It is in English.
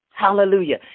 Hallelujah